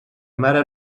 mare